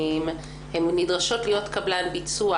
הן נדרשות להיות קבלן ביצוע,